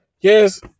Yes